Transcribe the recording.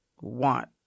want